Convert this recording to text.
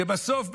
ובסוף,